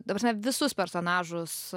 ta prasme visus personažus